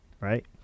right